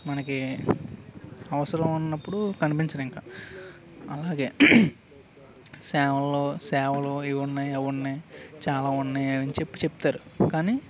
మనకి అవసరం ఉన్నప్పుడు కనిపించరు ఇంక అలాగే సేవల్లో సేవలు ఇవి ఉన్నాయి అవి ఉన్నాయి చాలా ఉన్నాయి అవన్ని చెప్పి చెప్తారు కానీ